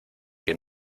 que